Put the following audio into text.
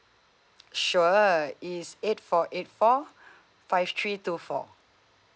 sure it's eight four eight four five three two four